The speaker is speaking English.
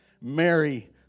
Mary